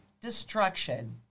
destruction